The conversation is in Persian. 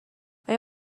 ایا